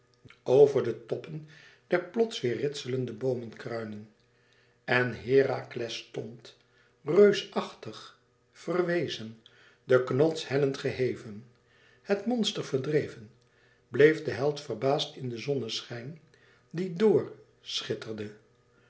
over de toppen der plots weêr ritsele boomenkruinen en herakles stond reusachtig verwezen den knots hellend geheven het monster verdreven bleef de held verbaasd in den zonneschijn die dor schitterde